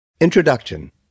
Introduction